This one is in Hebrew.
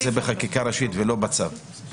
זה בחקיקה ראשית ולא בצו.